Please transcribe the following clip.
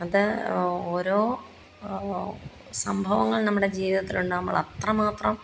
അത് ഓരോ സംഭവങ്ങൾ നമ്മുടെ ജീവിതത്തിൽ ഉണ്ടാകുമ്പോൾ അത്രമാത്രം